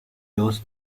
lost